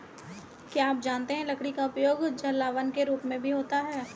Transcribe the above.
क्या आप जानते है लकड़ी का उपयोग जलावन के रूप में भी होता है?